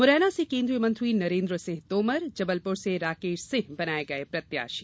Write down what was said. मुरैना से केन्द्रीय मंत्री नरेन्द्र सिंह तोमर जबलपुर से राकेश सिंह बनाये गये प्रत्याशी